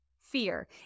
Fear